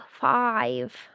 five